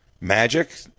magic